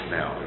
now